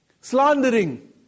Slandering